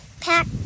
pack